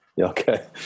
Okay